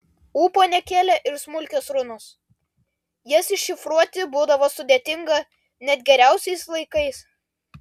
ūpo nekėlė ir smulkios runos jas iššifruoti būdavo sudėtinga net geriausiais laikais